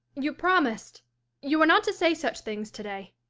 you promised you were not to say such things today.